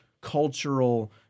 cultural